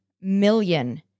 million